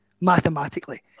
mathematically